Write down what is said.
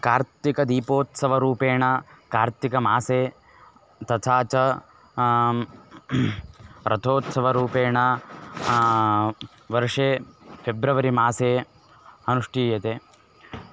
कार्तिकदीपोत्सवरूपेण कार्तिकमासे तथा च रथोत्सवरूपेण वर्षे फ़ेब्रवरि मासे अनुष्ठीयते